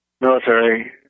military